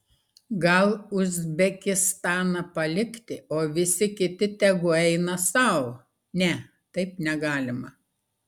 gal uzbekistaną palikti o visi kiti tegu eina sau ne taip negalima